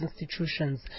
institutions